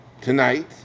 tonight